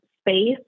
space